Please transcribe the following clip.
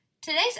Today's